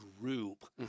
group